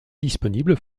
disponibles